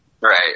Right